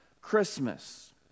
Christmas